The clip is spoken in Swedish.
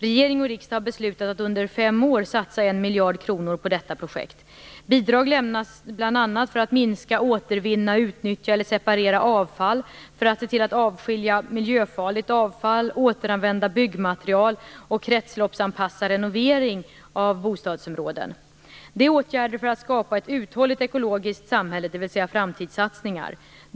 Regering och riksdag har beslutat att under fem år satsa 1 miljard kronor på detta projekt. Bidrag lämnas bl.a. för att minska, återvinna, utnyttja eller separera avfall, för att avskilja miljöfarligt avfall, för att återanvända byggmaterial och för att kretsloppsanpassa renovering av bostadsområden. Detta är åtgärder för att skapa ett uthålligt ekologiskt samhälle, dvs. framtidssatsningar.